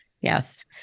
Yes